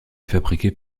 fabriqué